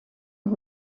und